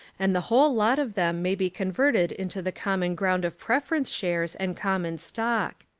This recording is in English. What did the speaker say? and the whole lot of them may be converted into the common ground of preference shares and common stock.